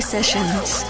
Sessions